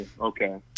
okay